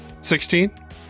16